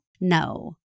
no